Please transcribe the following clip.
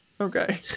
Okay